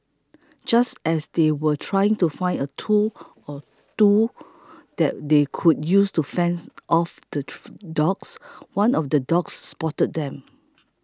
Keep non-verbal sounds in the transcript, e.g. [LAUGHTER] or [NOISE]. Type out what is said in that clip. just as they were trying to find a tool or two that they could use to fends off the [NOISE] dogs one of the dogs spotted them